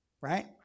Right